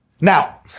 Now